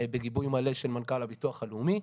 בגיבוי מלא של מנכ"ל הביטוח הלאומי.